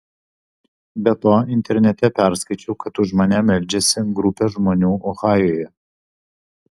be to internete perskaičiau kad už mane meldžiasi grupė žmonių ohajuje